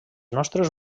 nostres